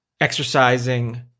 exercising